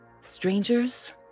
Strangers